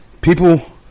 people